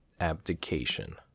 abdication